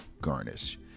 garnish